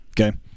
Okay